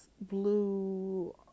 Blue